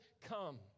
come